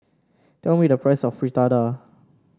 tell me the price of Fritada